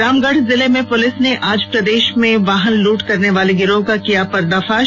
रामगढ़ जिले में पुलिस ने आज प्रदेश में वाहन लूट करनेवाले गिरोह का किया पर्दाफाश